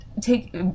take